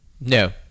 No